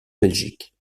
belgique